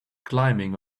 climbing